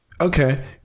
Okay